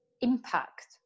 impact